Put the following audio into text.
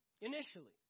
Initially